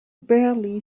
barely